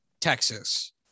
Texas